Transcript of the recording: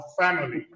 family